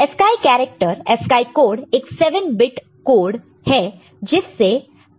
ASCII character ASCII code एक 7 bit bit code है जिससे